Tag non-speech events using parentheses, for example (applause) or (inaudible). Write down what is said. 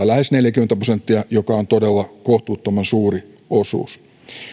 (unintelligible) lähes neljäkymmentä prosenttia mikä on todella kohtuuttoman suuri osuus